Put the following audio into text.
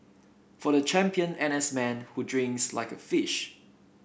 for the champion N S man who drinks like a fish